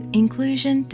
inclusion